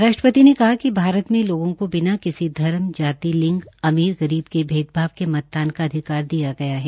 राष्ट्रपति ने कहा कि भारत में लोगों को बिना किसी धर्म जाति लिंग अमीर गरीब के भेदभाव के मतदान का अधिकार दिया गया है